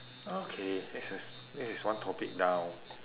okay this is this is one topic down